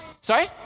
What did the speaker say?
Sorry